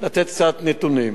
לתת קצת נתונים.